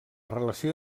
relació